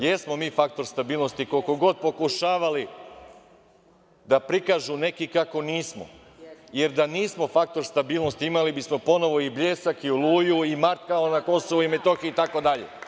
Jesmo mi faktor stabilnosti koliko god pokušavali da prikažu neki kako nismo, jer da nismo faktor stabilnosti imali bismo ponovo i „Bljesak“ i „Oluju“ i „Markale“, na Kosovu i Metohiji, itd.